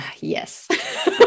Yes